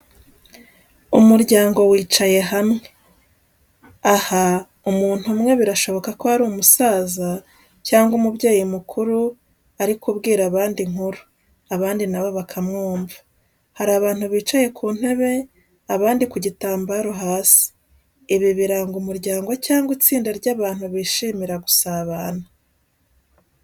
Umuryango wicaye hamwe, aho umuntu umwe birashoboka ko ari umusaza cyangwa umubyeyi mukuru ari kubwira abandi inkuru, abandi na bo bakamwumva. Hari abantu bicaye ku ntebe, abandi ku gitambaro hasi. Ibi biranga umuryango cyangwa itsinda ry'abantu bishimira gusabana.